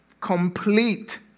complete